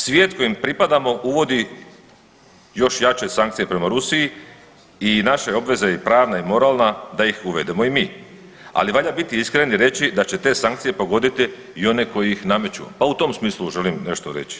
Svijet kojem pripadamo uvodi još jače sankcije prema Rusiji i naša obveza je i pravna i moralna da ih uvedemo i mi, ali valja biti iskren i reći da će te sankcije pogoditi i one koji ih nameću pa u tom smislu želim nešto reći.